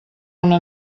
una